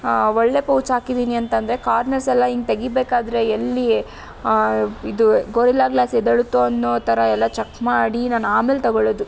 ಒಳ್ಳೆಯ ಪೌಚ್ ಹಾಕಿದ್ದೀನಿ ಅಂತಂದರೆ ಕಾರ್ನರ್ಸೆಲ್ಲ ಹೀಗೆ ತೆಗಿಬೇಕಾದ್ರೆ ಎಲ್ಲಿ ಇದು ಗೊರಿಲ್ಲಾ ಗ್ಲಾಸ್ ಎದ್ದೇಳುತ್ತೋ ಅನ್ನೋ ಥರ ಎಲ್ಲ ಚೆಕ್ ಮಾಡಿ ನಾನು ಆಮೇಲೆ ತಗೊಳೊದು